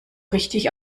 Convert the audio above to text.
richtig